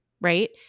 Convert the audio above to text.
right